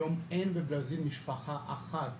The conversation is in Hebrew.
היום אין בברזיל משפחה אחת